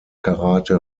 karate